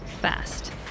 fast